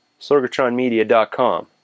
SorgatronMedia.com